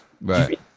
Right